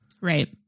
Right